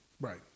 Right